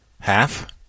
Half